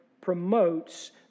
promotes